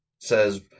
says